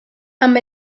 amb